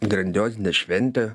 grandiozinę šventę